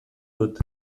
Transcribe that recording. dut